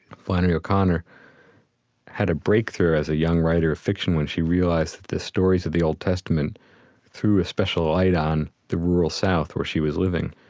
flannery o'connor had a breakthrough as a young writer of fiction when she realized the stories of the old testament threw a special light on the rural south where she was living.